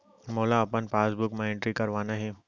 मोला अपन पासबुक म एंट्री करवाना हे?